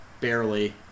barely